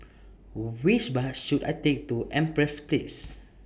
Which Bus should I Take to Empress Place